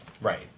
Right